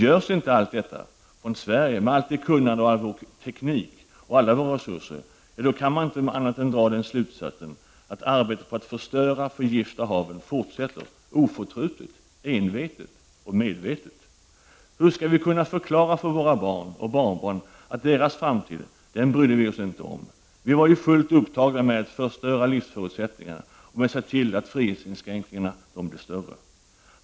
Görs inte allt detta från Sverige med allt kunnande och all vår teknik och alla våra resurser — ja, då kan vi inte dra annan slutsats än att arbetet på att förstöra och förgifta haven fortsätter oförtrutet, envetet och medvetet. Hur skall vi kunna förklara för våra barn och barnbarn att deras framtid brydde vi oss inte om? Vi var fullt upptagna med att förstöra livsförutsättningarna och med att se till att frihetsinskränkningarna skall bli större.